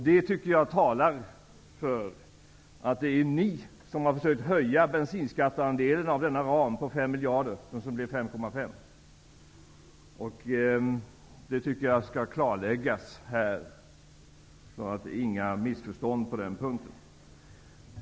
Det tycker jag talar för att det är ni som har försökt höja bensinskatteandelen av denna ram om 5 miljarder, som alltså blev 5,5 miljarder. Det tycker jag skall klarläggas här för att undvika missförstånd på den punkten.